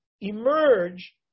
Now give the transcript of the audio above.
emerge